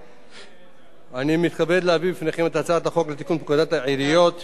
אני מתכבד להביא בפניכם את הצעת חוק לתיקון פקודת העיריות (מס' 129),